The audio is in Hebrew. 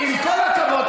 עם כל הכבוד,